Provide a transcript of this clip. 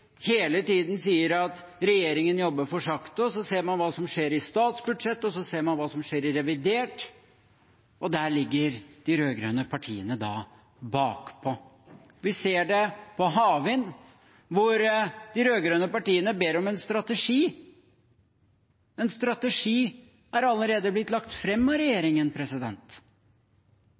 hele tiden sier at regjeringen jobber for sakte. Så ser man hva som skjer i forbindelse med statsbudsjettet, og så ser man hva som skjer i forbindelse med revidert nasjonalbudsjett – og der ligger de rød-grønne partiene bakpå. Vi ser det på havvind, hvor de rød-grønne partiene ber om en strategi, men en strategi har allerede blitt lagt fram av regjeringen.